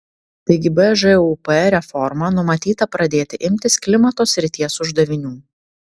taigi bžūp reforma numatyta pradėti imtis klimato srities uždavinių